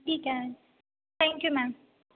ठीक आहे thank you ma'am